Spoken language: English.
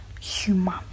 human